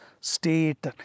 state